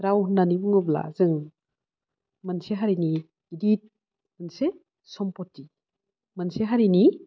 राव होननानै बुङोब्ला जों मोनसे हारिनि गिदित मोनसे सम्पति मोनसे हारिनि